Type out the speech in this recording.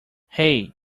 hey